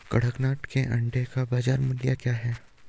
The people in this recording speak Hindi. कड़कनाथ के अंडे का बाज़ार मूल्य क्या है?